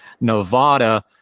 Nevada